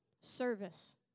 service